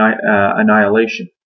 annihilation